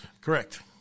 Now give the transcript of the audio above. Correct